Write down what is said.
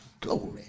glory